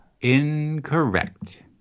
incorrect